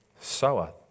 sower